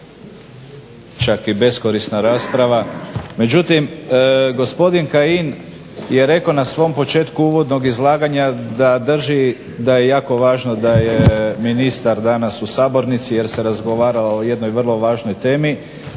čak i beskorisna rasprava, međutim gospodin Kajin je rekao na svom početku uvodnog izlaganja da drži da je jako važno da je ministar danas u sabornici jer se razgovaralo o jednoj vrlo važnoj temi,